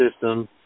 system